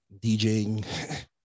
DJing